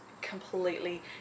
completely